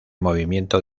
movimiento